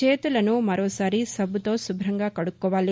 చేతులను మరోసారి సబ్బుతో శుభంగా కడుక్కోవాలి